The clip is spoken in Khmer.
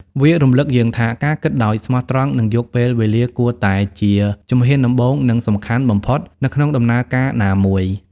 វារំលឹកយើងថា ការគិតដោយស្មោះត្រង់ និងយកពេលវេលាគួរតែជាជំហានដំបូង និងសំខាន់បំផុត នៅក្នុងដំណើរការណាមួយ។